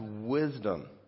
wisdom